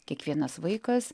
kiekvienas vaikas